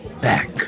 back